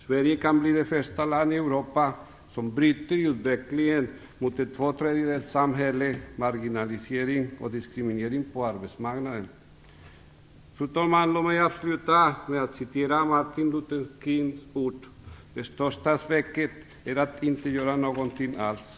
Sverige kan bli det första land i Europa som bryter utvecklingen mot ett två tredjedelssamhälle, marginalisering och diskriminering på arbetsmarknaden. Fru talman! Låt mig avsluta med att citera Martin Luther Kings ord: "Det största sveket är att inte göra någonting alls."